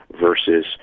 versus